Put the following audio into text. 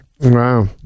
wow